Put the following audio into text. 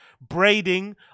braiding